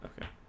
okay